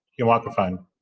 your microphone.